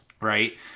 right